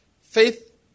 faith